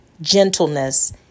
gentleness